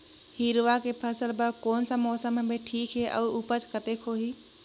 हिरवा के फसल बर कोन सा मौसम हवे ठीक हे अउर ऊपज कतेक होही?